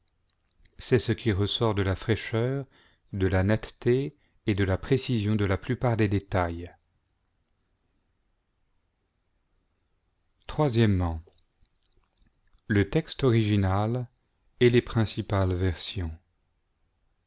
c'est ce qui ressort de la fraîcheur de la netteté et de la précision de la plupart des détails le texte original et les principales versions